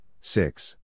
six